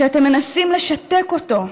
שאתם מנסים לשתק אותו,